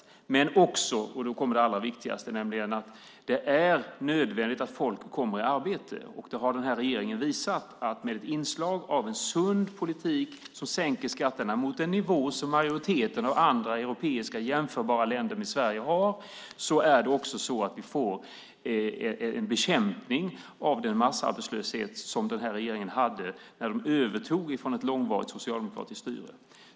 Det kommer också, vilket är det allra viktigaste, att vara nödvändigt att folk kommer i arbete. Den här regeringen har visat att med ett inslag av en sund politik som sänker skatterna mot en nivå som majoriteten av andra europeiska, med Sverige jämförbara, länder har får vi en bekämpning av den massarbetslöshet som den här regeringen övertog efter ett långvarigt socialdemokratiskt styre.